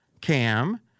Cam